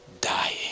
dying